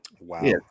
Wow